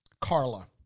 Carla